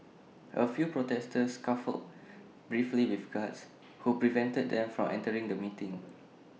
A few protesters scuffled briefly with guards who prevented them from entering the meeting